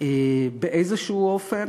באיזשהו אופן,